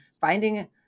finding